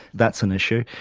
that's an issue.